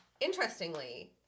Interestingly